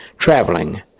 traveling